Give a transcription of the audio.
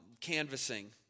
Canvassing